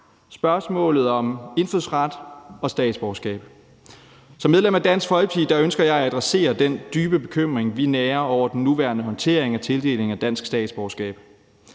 spørgsmålet om indfødsret og statsborgerskab. Som medlem af Dansk Folkeparti ønsker jeg at adressere den dybe bekymring, vi nærer over den nuværende håndtering af tildeling af dansk statsborgerskab.